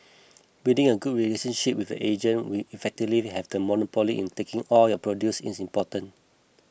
building a good relationship with the agent who effectively have a monopoly in taking all your produce is important